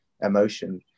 emotion